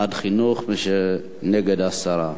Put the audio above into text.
בעד חינוך, מי שנגד, הסרה.